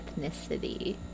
ethnicity